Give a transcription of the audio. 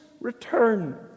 return